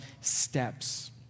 steps